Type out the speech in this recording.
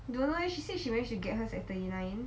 don't know leh she say when she get hers at twenty nine